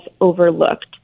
overlooked